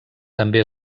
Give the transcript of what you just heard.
també